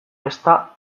ezta